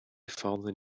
fallen